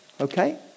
okay